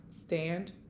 stand